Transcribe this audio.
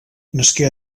nasqué